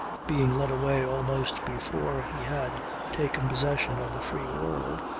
being led away almost before he had taken possession of the free world,